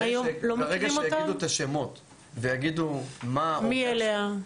ברגע שיגידו את השמות ויגידו מה --- היום לא מכירים אותם?